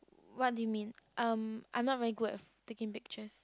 what do you mean um I'm not very good at taking pictures